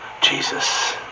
Jesus